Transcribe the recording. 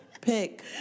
Pick